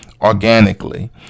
organically